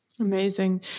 Amazing